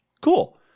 Cool